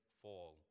fall